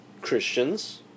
Christians